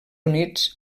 units